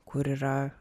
kur yra